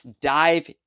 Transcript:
dive